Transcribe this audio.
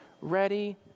ready